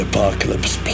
Apocalypse